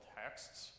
texts